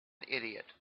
idiot